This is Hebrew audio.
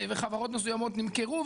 וחברות מסוימות נמכרו,